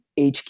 HQ